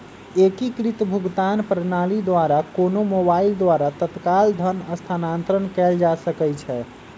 एकीकृत भुगतान प्रणाली द्वारा कोनो मोबाइल द्वारा तत्काल धन स्थानांतरण कएल जा सकैछइ